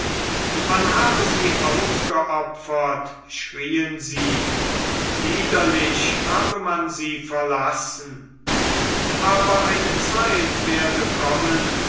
man habe sie aufgeopfert schrieen sie liederlich habe man sie verlassen aber eine zeit werde kommen